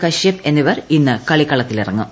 കശ്യപ് എന്നിവർ ഇന്ന് കളിക്കളത്തിലിറങ്ങും